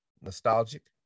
nostalgic